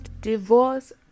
divorce